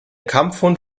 kampfhund